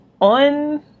on